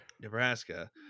Nebraska